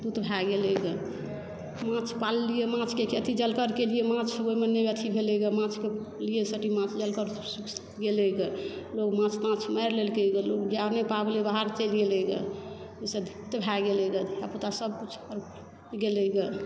दुत भै गेलै गऽ माछ पाललियै माछकऽ खेती जलकर केलियै माछ ओहिमऽ नहि अथी भेलय गऽ माछकऽ बूलियै सभटी माछ जलकरकऽ सूख साख गेलय गऽ लोग माछ ताछ मारि लेलकय गऽ ज्ञान नहि पाबलै बाहर चलि गेलय गऽ ओहिसँ दुत भै गेलय गऽ धिया पुतासभ कुछ गेलय गऽ